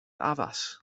addas